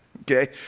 Okay